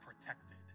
protected